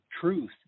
truth